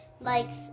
likes